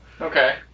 Okay